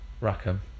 Rackham